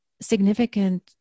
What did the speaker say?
significant